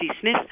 Smith